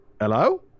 hello